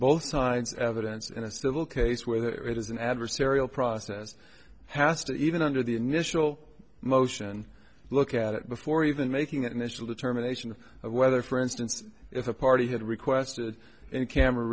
both sides evidence in a civil case where there is an adversarial process has to even under the initial motion look at it before even making that initial determination of whether for instance if a party had requested a camera